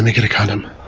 and get a condom